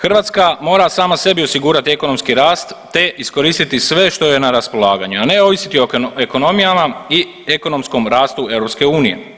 Hrvatska mora sama sebi osigurati ekonomski rast, te iskoristiti sve što joj je na raspolaganju, a ne ovisiti o ekonomijama i ekonomskom rastu EU.